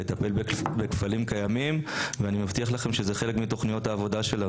לטפל בכפלים קיימים ואני מבטיח לכם שזה חלק מתכניות העבודה שלנו,